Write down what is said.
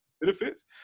benefits